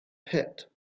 pit